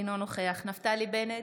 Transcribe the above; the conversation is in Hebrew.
אינו נוכח נפתלי בנט,